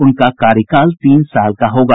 उनका कार्यकाल तीन साल का होगा